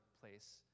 place